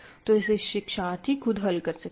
तो इसे शिक्षार्थी खुद हल कर सकते हैं